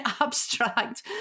abstract